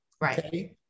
right